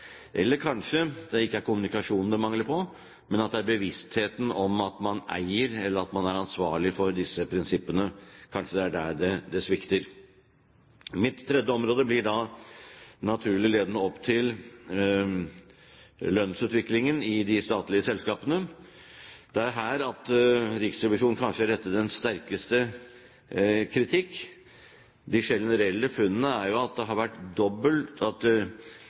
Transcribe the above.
Eller kanskje det ikke er kommunikasjon det er mangel på, men at det er når det gjelder bevisstheten om at man eier, eller er ansvarlig for disse prinsippene, det svikter. Mitt tredje punkt leder da naturlig til lønnsutviklingen i de statlige selskapene. Det er her Riksrevisjonen kanskje retter den sterkeste kritikk. De generelle funnene er jo at lederlønnsutviklingen har vært dobbelt så høy i de undersøkte statlige selskapene som den generelle lederlønnsutviklingen i samme periode, 2007–2009. Til tross for at